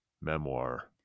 memoir